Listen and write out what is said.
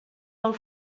del